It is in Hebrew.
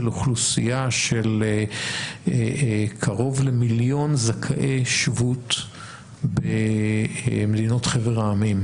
אוכלוסייה של קרוב למיליון זכאי שבות במדינות חבר העמים,